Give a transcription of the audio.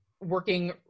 Working